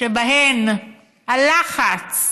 שבהן הלחץ,